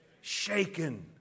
shaken